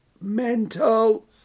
mental